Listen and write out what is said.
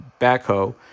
backhoe